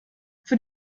für